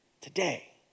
today